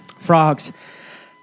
frogs